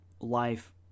life